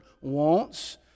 wants